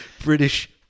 British